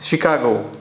Chicago